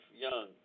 young